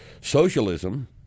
socialism